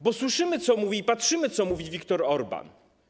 Bo słyszymy, co mówi, i patrzymy, co mówi Viktor Orbán.